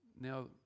Now